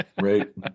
right